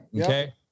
okay